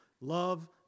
love